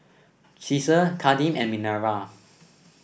Caesar Kadeem and Minerva